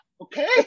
okay